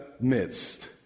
midst